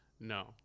No